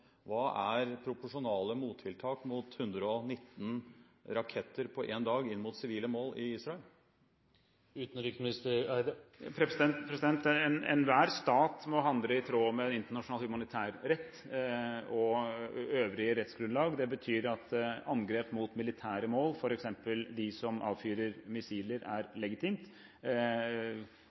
Hva er proporsjonale mottiltak mot 119 raketter på én dag inn mot sivile mål i Israel? Enhver stat må handle i tråd med internasjonal humanitærrett og øvrig rettsgrunnlag. Det betyr at angrep mot militære mål, f.eks. dem som avfyrer missiler, er legitimt.